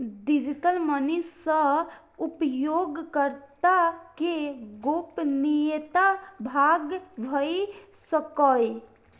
digital money सं उपयोगकर्ता के गोपनीयता भंग भए सकैए